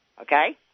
okay